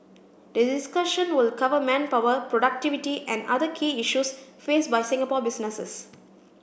the discussion will cover manpower productivity and other key issues faced by Singapore businesses